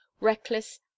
reckless